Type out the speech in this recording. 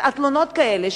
תלונות כאלה,